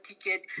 ticket